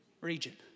region